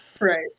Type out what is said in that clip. right